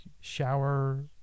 shower